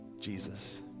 Jesus